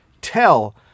tell